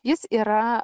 jis yra